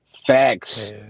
Facts